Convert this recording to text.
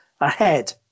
ahead